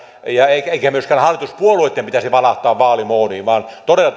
eikä eikä myöskään hallituspuolueitten pitäisi valahtaa vaalimoodiin vaan todella